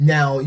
Now